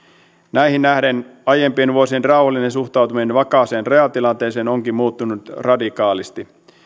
näihin nähden aiempien vuosien rauhallinen suhtautuminen vakaaseen rajatilanteeseen onkin muuttunut radikaalisti